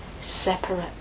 separate